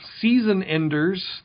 season-enders